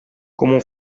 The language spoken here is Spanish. cómo